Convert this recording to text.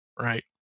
right